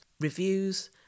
Reviews